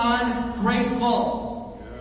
ungrateful